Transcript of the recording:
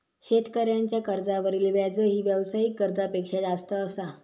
शेतकऱ्यांच्या कर्जावरील व्याजही व्यावसायिक कर्जापेक्षा जास्त असा